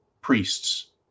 priests